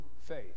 faith